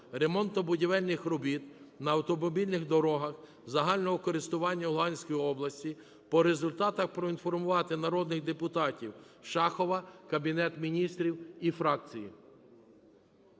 ремонтно-будівельних робіт на автомобільних дорогах загального користування Луганської області. По результатах проінформувати народних депутатів, Шахова, Кабінет Міністрів і фракції.